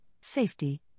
safety